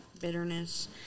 bitterness